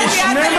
אנחנו לא מתנגדים.